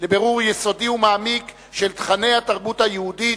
לבירור יסודי ומעמיק של תוכני "התרבות היהודית",